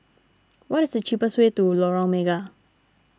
what is the cheapest way to Lorong Mega